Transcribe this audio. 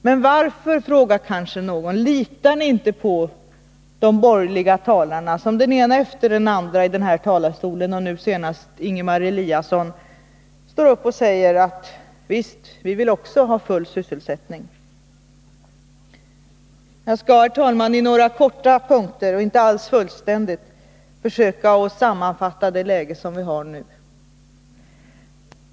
Men varför, kanske någon frågar, litar vi då inte på de borgerliga när de här, den ena efter den andra och nu senast Ingemar Eliasson, går upp och säger att de visst vill värna den fulla sysselsättningen? Jag skall i några korta punkter och inte alls fullständigt försöka sammanfatta det läge vi har nu.